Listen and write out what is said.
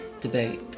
Debate